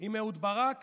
בראשה עמד,